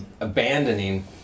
abandoning